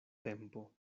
tempo